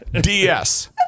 DS